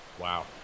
Wow